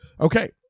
okay